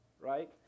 right